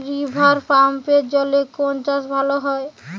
রিভারপাম্পের জলে কোন চাষ ভালো হবে?